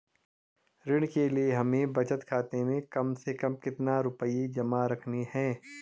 ऋण के लिए हमें बचत खाते में कम से कम कितना रुपये जमा रखने हैं?